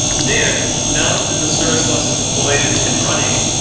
then now that the service bus is deployed and and running,